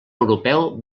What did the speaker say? europeu